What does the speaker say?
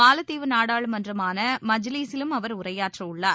மாலத்தீவு நாடாளுமன்றமான மஜ்ஜீலீசிலும் அவர் உரையாற்றவுள்ளார்